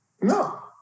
No